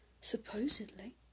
supposedly